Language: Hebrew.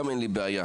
גם אין לי בעיה,